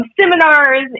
seminars